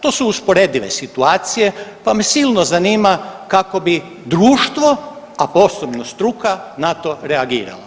To su usporedive situacije, pa me silno zanima kako bi društvo, a posebno struka na to reagirala.